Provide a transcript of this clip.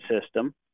system